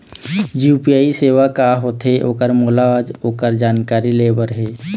UPI सेवा का होथे ओकर मोला ओकर जानकारी ले बर हे?